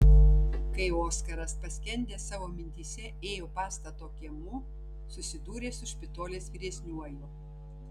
kai oskaras paskendęs savo mintyse ėjo pastato kiemu susidūrė su špitolės vyresniuoju